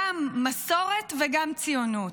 גם מסורת וגם ציונות.